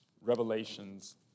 Revelations